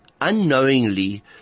unknowingly